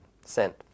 sent